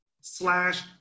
slash